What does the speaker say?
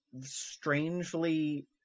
strangely